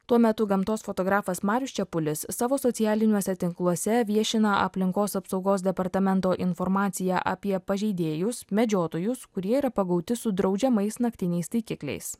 tuo metu gamtos fotografas marius čepulis savo socialiniuose tinkluose viešina aplinkos apsaugos departamento informaciją apie pažeidėjus medžiotojus kurie yra pagauti su draudžiamais naktiniais taikikliais